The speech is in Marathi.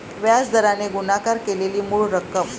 व्याज दराने गुणाकार केलेली मूळ रक्कम